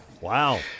Wow